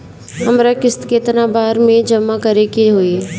हमरा किस्त केतना बार में जमा करे के होई?